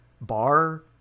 bar